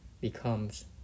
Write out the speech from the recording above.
becomes